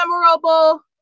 memorable